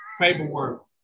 paperwork